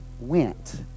went